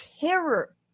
terror